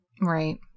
Right